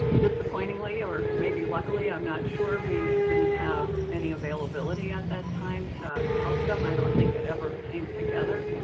disappointingly, or maybe luckily, i'm not sure, we didn't have any availability at that time to help them. i don't think it ever came together.